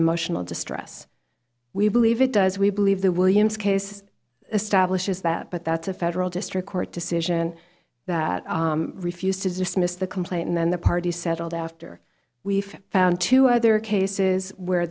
emotional distress we believe it does we believe the williams case establishes that but that's a federal district court decision that refused to dismiss the complaint and then the party settled after we've found two other cases where